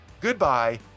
Goodbye